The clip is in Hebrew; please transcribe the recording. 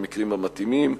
במקרים המתאימים.